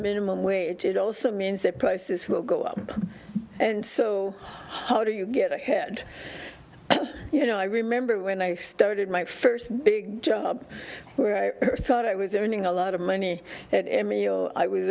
minimum wage it also means that prices will go up and so how do you get ahead you know i remember when i started my first big job where i thought i was earning a lot of money